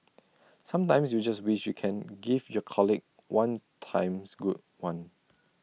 sometimes you just wish you can give your colleague one times good one